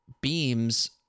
beams